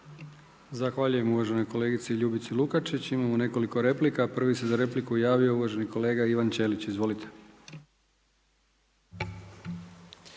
Zahvaljujem uvaženoj kolegici Ljubici Lukačić. Imamo nekoliko replika. Prvi se za repliku javio uvaženi kolega Ivan Ćelić. Izvolite.